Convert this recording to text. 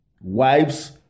Wives